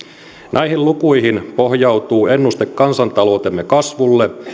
näihin lukuihin pohjautuu ennuste kansantaloutemme kasvulle